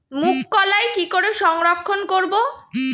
মুঘ কলাই কি করে সংরক্ষণ করব?